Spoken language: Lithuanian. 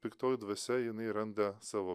piktoji dvasia jinai randa savo